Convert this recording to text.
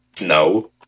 No